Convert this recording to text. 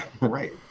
Right